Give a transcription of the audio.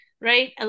right